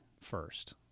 first